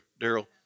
Daryl